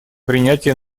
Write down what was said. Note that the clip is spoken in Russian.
принятие